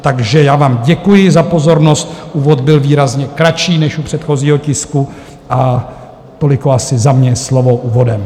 Takže já vám děkuji za pozornost, úvod byl výrazně kratší než u předchozího tisku, a toliko asi za mě slovo úvodem.